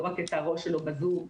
לא רק את הראש שלו בזום,